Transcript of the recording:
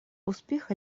успех